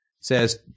says